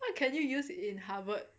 what you can you use in Harvard